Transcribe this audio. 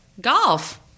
Golf